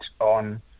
on